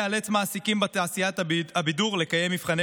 החוק ייאלץ מעסיקים בתעשיית הבידור לקיים מבחני